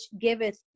giveth